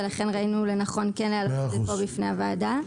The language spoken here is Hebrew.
ולכן ראינו לנכון כן להעלות את זה פה בפני הוועדה,